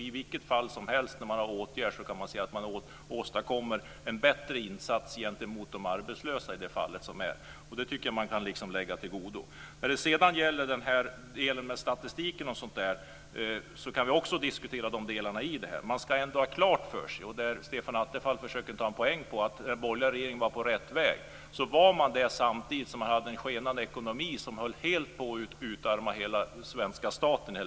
I vilket fall som helst kan man säga att en åtgärd åstadkommer en bättre insats gentemot den arbetslöse. Det kan läggas till godo. Sedan var det frågan om statistiken. Vi kan också diskutera de delarna. Man ska ändå ha klart för sig - och Stefan Attefall försöker ta en poäng på detta - att den borgerliga regeringen var på rätt väg. Men den var det samtidigt som ekonomin skenade och helt höll på att utarma den svenska staten.